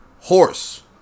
horse